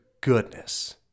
goodness